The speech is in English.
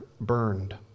burned